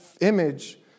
image